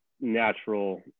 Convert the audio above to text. natural